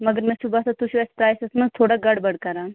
مگر مےٚ چھُ باسان تُہۍ چھُو اَتھ پرٛایسَس منٛز تھوڑا گَڈ بَڈ کَران